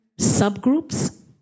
subgroups